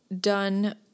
done